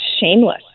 shameless